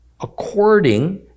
according